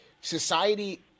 society